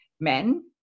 men